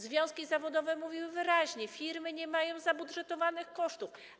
Związki zawodowe mówiły wyraźnie, że firmy nie mają zabudżetowanych kosztów.